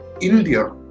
India